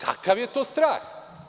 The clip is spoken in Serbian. Kakav je to strah?